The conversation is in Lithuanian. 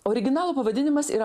originalo pavadinimas yra